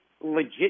legit